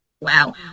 Wow